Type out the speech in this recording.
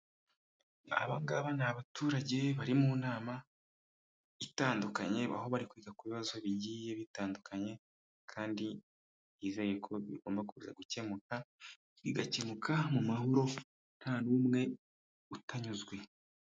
Aba ngaba ni abaturage bari mu nama itandukanye, aho bari kwiga ku bibazo bigiye bitandukanye, kandi bizeye ko bigomba kuza gukemuka bigakemuka mu mahoro nta n'umwe utanyuzwe.